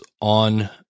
on